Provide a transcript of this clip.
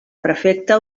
prefecte